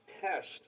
test